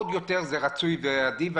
זה עוד יותר רצוי ועדיף.